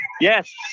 Yes